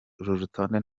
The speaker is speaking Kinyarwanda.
rutonde